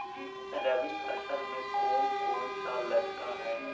रबी फैसले मे कोन कोन सा लगता हाइय?